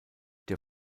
der